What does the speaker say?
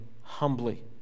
humbly